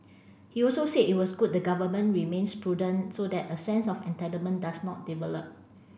he also said it was good the Government remains prudent so that a sense of entitlement does not develop